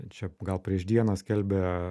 čia gal prieš dieną skelbė